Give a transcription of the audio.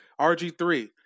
RG3